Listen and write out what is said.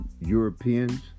Europeans